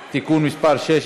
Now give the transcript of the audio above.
26,